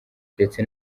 ndetse